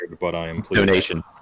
donation